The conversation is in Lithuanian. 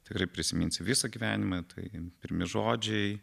tikrai prisiminsi visą gyvenimą tai pirmi žodžiai